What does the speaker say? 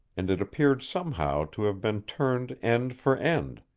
and it appeared somehow to have been turned end for end.